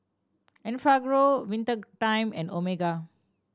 Enfagrow Winter Time and Omega